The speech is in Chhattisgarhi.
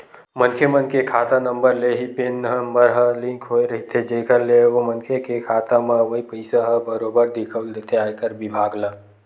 मनखे मन के खाता नंबर ले ही पेन नंबर ह लिंक होय रहिथे जेखर ले ओ मनखे के खाता म अवई पइसा ह बरोबर दिखउल देथे आयकर बिभाग ल